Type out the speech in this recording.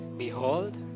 Behold